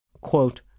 Quote